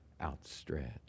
outstretched